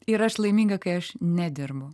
ir aš laiminga kai aš nedirbu